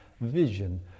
vision